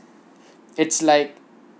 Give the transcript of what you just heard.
it's like